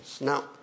Now